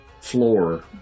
floor